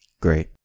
Great